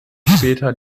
später